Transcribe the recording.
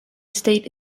state